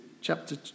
chapter